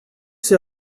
ces